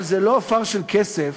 אבל זה לא עפר של כסף